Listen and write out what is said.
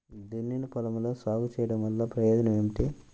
దున్నిన పొలంలో సాగు చేయడం వల్ల ప్రయోజనం ఏమిటి?